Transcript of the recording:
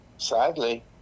Sadly